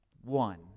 One